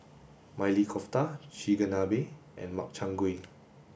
Maili Kofta Chigenabe and Makchang gui